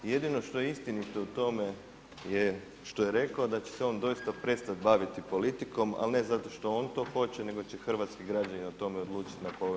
I jedino što je istinito u tome je što je rekao da će se on doista prestati baviti politikom ali ne zato što on to hoće nego će hrvatski građani o tome odlučiti nakon ... izbora.